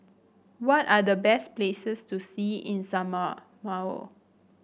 what are the best places to see in Samoa